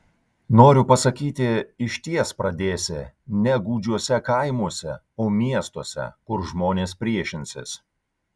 noriu pasakyti išties pradėsi ne gūdžiuose kaimuose o miestuose kur žmonės priešinsis